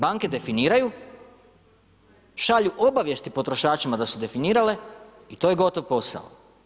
Banke definiraju, šalju obavijesti potrošačima da su definirale i to je gotov posao.